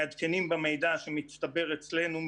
מעדכנים במידע שמצטבר אצלנו,